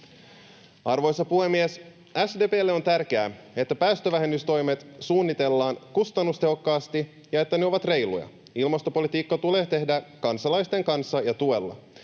Arvoisa puhemies! SDP:lle on tärkeää, että päästövähennystoimet suunnitellaan kustannustehokkaasti ja että ne ovat reiluja. Ilmastopolitiikkaa tulee tehdä kansalaisten kanssa ja tuella.